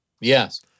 Yes